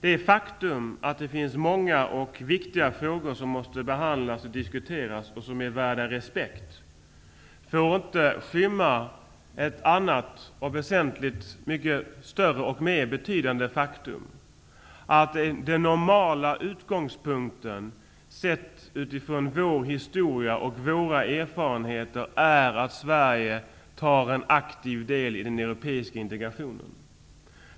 Det faktum att det finns många, viktiga frågor som måste behandlas och diskuteras och som är värda respekt, får inte skymma ett större och mera betydande faktum. Den normala utgångspunkten, sett utifrån vår historia och våra erfarenheter, är nämligen att Sverige skall ta en aktiv del i den euroepiska integrationen.